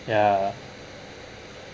ya